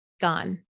gone